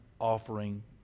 offering